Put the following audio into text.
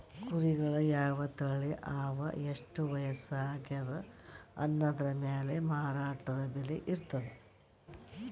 ಕುರಿಗಳ್ ಯಾವ್ ತಳಿ ಅವಾ ಎಷ್ಟ್ ವಯಸ್ಸ್ ಆಗ್ಯಾದ್ ಅನದ್ರ್ ಮ್ಯಾಲ್ ಮಾರಾಟದ್ ಬೆಲೆ ಇರ್ತದ್